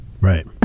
Right